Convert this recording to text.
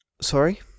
sorry